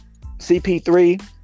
CP3